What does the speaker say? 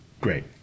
great